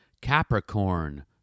Capricorn